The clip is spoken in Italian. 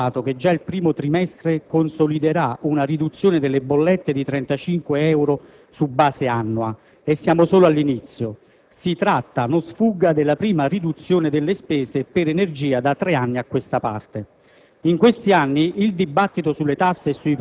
L'Autorità per l'energia elettrica e il gas ha calcolato che già il primo trimestre consoliderà una riduzione delle bollette di 35 euro su base annua, e siamo solo all'inizio: si tratta, non sfugga, della prima riduzione delle spese per energia da tre anni a questa parte.